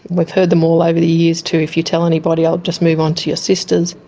we've heard them all over the years too if you tell anybody i'll just move on to your sisters,